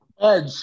Edge